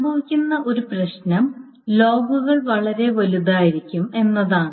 സംഭവിക്കുന്ന ഒരു പ്രശ്നം ലോഗുകൾ വളരെ വലുതായിത്തീരും എന്നതാണ്